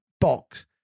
box